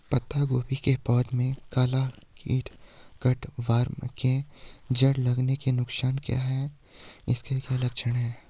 पत्ता गोभी की पौध में काला कीट कट वार्म के जड़ में लगने के नुकसान क्या हैं इसके क्या लक्षण हैं?